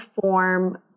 form